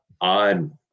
odd